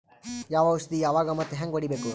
ಯಾವ ಔಷದ ಯಾವಾಗ ಮತ್ ಹ್ಯಾಂಗ್ ಹೊಡಿಬೇಕು?